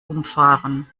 umfahren